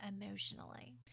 emotionally